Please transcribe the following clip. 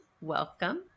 Welcome